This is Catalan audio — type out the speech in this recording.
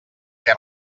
què